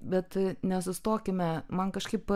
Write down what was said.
bet nesustokime man kažkaip